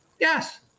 Yes